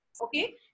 okay